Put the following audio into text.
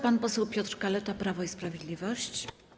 Pan poseł Piotr Kaleta, Prawo i Sprawiedliwość.